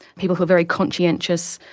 people who are very conscientious.